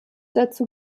dazu